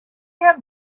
have